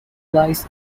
lies